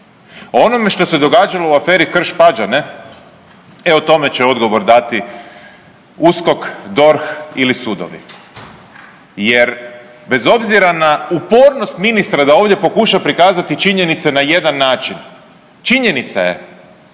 onome što se događalo u aferi Krš-Pađene, e o tome će odgovor dati USKOK, DORH ili sudovi jer bez obzira na upornost ministra da ovdje pokuša prikazati činjenice na jedan način, činjenica je,